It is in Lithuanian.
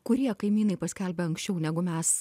kurie kaimynai paskelbia anksčiau negu mes